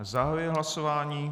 Zahajuji hlasování.